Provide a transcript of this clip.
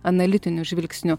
analitiniu žvilgsniu